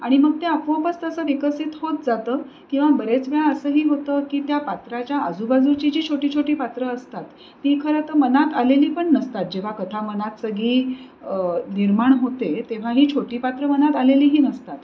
आणि मग ते आपोआपच तसं विकसित होत जातं किंवा बरेच वेळा असंही होतं की त्या पात्राच्या आजूबाजूची जी छोटी छोटी पात्रं असतात ती खरं तर मनात आलेली पण नसतात जेव्हा कथा मनात सगळी निर्माण होते तेव्हा ही छोटी पात्रं मनात आलेलीही नसतात